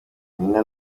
nyina